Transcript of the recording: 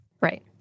Right